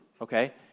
okay